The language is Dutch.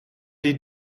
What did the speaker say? die